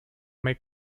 may